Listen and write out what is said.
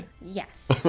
Yes